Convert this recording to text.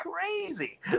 crazy